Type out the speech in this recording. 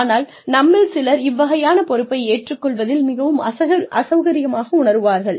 ஆனால் நம்மில் சிலர் இவ்வகையான பொறுப்பை ஏற்றுக் கொள்வதில் மிகவும் அசௌகரியமாக உணருவார்கள்